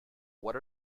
what